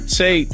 say